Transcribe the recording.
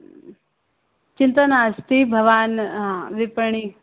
चिन्ता नास्ति भवान् विपणि